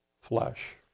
flesh